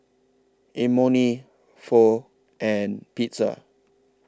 Imoni Pho and Pizza